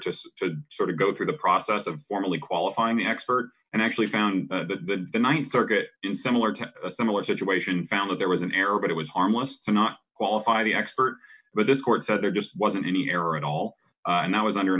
failure to sort of go through the process of formally qualifying the experts and actually found the th circuit in similar to a similar situation found that there was an error but it was harmless and not qualify the expert but this court said there just wasn't any error at all and that was under an